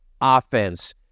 offense